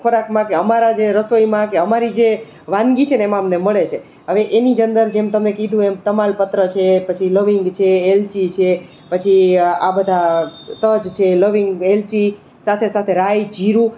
ખોરાકમાં કે અમારા જે રસોઈમાં કે અમારી જે વાનગી છે ને એમાં અમને મળે છે વે એની જ અંદર જેમ તમે કીધું એમ તમાલપત્ર છે પછી લવિંગ છે એલચી છે પછી આ બધા તજ છે લવિંગ એલચી સાથે સાથે રાઈ જીરું